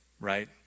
Right